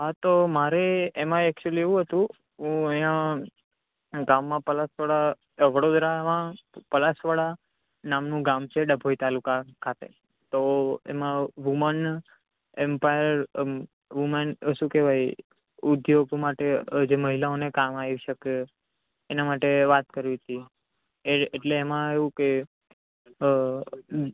હા તો મારે એમાં એકચ્યુલી એવુ હતું હું અહિયા ગામમાં પલાસવાડા વડોદરામાં પલાસવાડા નામનું ગામ છે ડભોઇ તાલુકા ખાતે તો એમા વુમન એમપાયર વુમન શું કેવાય ઉદ્યોગ માટે જે મહિલાઓને કામ આવી શકે એના માટે વાત કરવી તી એજ એટલે એમાં એવુ કે અ